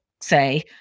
say